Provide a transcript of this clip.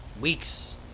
weeks